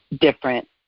different